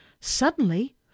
Suddenly